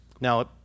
Now